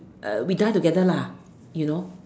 uh we die together lah you know